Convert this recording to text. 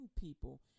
people